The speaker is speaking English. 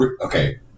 Okay